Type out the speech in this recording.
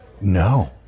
No